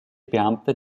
beamte